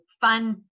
fun